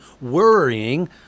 worrying